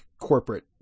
corporate